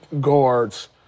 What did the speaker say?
guards